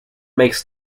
makes